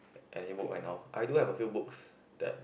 any book right now I do have a few books that